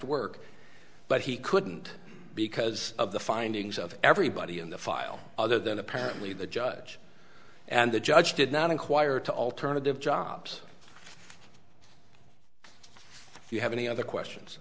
t work but he couldn't because of the findings of everybody in the file other than apparently the judge and the judge did not inquire to alternative jobs if you have any other questions